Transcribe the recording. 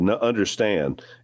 understand